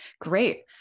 Great